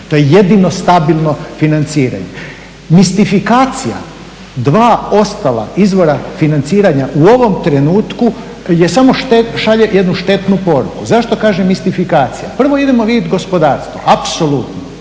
to je jedino stabilno financiranje. Mistifikacija dva ostala izvora financiranja u ovom trenutku samo šalje jednu štetnu poruku. Zašto kažem mistifikacija? Prvo idemo vidjeti gospodarstvo, apsolutno